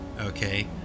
Okay